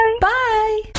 bye